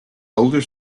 older